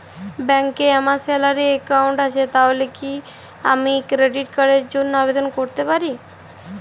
ব্যাংকে আমার salary account আছে তাহলে কি আমি ক্রেডিট কার্ড র জন্য আবেদন করতে পারি?